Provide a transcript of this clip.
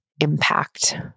impact